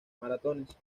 maratones